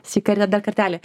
sveiki ar ne dar kartelį